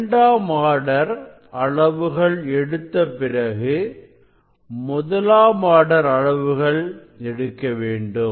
இரண்டாம் ஆர்டர் அளவுகள் எடுத்தபிறகு முதலாம் ஆர்டர் அளவுகள் எடுக்க வேண்டும்